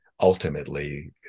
ultimately